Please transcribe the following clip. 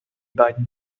beiden